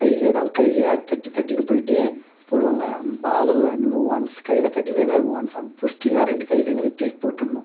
கையிலே தான் கையிலே தட்டி தட்டின்னு போயிட்டு போடுவாங்க பாலு நீங்கள் ஒன்ஸ் கையில் தட்டினேன் தான் இருக்கும் ஒன்ஸ் அப் புடிச்டிங்கனா ரெண்டு கையிலையும் நீங்கள் தூக்கி போட்டுடணும்